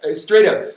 ah straight up,